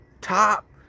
top